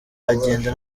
agenda